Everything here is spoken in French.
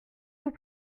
vous